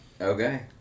Okay